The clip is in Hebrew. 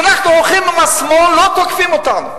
כשאנחנו הולכים עם השמאל לא תוקפים אותנו,